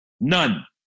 None